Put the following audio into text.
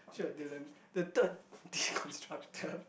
<UNK the third deconstruction